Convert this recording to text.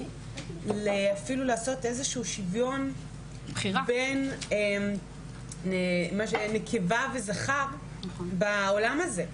אפילו לעשות איזה שוויון בין נקבה וזכר בעולם הזה,